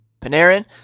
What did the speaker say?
Panarin